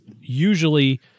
usually